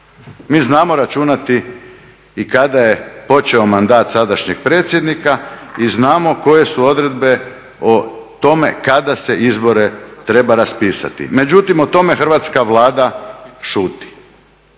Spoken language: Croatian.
Mi znamo računati i kada je počeo mandat sadašnjeg predsjednika i znamo koje su odredbe o tome kada se izbore treba raspisati. Međutim o tome hrvatska Vlada šuti,